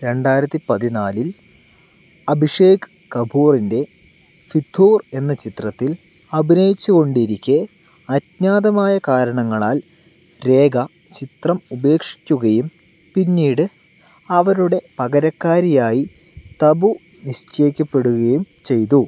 രണ്ടായിരത്തി പതിനാലിൽ അഭിഷേക് കപൂറിൻ്റെ ഫിധൂർ എന്ന ചിത്രത്തിൽ അഭിനയിച്ചു കൊണ്ടിരിക്കെ അജ്ഞാതമായ കാരണങ്ങളാൽ രേഖ ചിത്രം ഉപേക്ഷിക്കുകയും പിന്നീട് അവരുടെ പകരക്കാരിയായി തബു നിശ്ചയിക്കപ്പെടുകയും ചെയ്തു